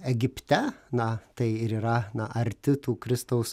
egipte na tai ir yra arti tų kristaus